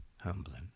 Humbling